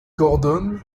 gordon